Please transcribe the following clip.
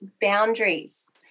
boundaries